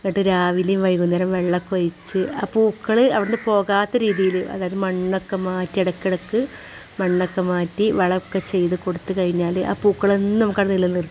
എന്നിട്ട് രാവിലമും വൈകുന്നേരം വെള്ളമൊക്കെയൊഴിച്ച് ആ പൂക്കൾ അവിടുന്ന് പോകാത്ത രീതിയിൽ അതായത് മണ്ണൊക്കെമാറ്റി ഇടക്കിടക്ക് മണ്ണൊക്കെ മാറ്റി വളമൊക്കെ ചെയ്തു കൊടുത്തു കഴിഞ്ഞാൽ ആ പൂക്കൾ എന്നും കണ്ണിൽ നില നിർത്താം